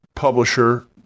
Publisher